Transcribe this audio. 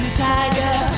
tiger